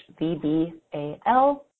VBAL